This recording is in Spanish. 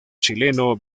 chileno